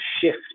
shift